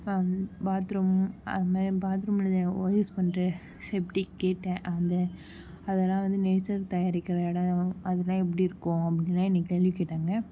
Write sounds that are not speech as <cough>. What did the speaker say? பம் பாத்ரூம் அதுமாதிரி பாத்ரூமில் யூஸ் பண்ற செப்டிக் <unintelligible> அந்த அதெல்லாம் வந்து நேஸர் தயாரிக்கிற இடம் அதெல்லாம் எப்படி இருக்கும் அப்படின்லா என்னை கேள்விக் கேட்டாங்க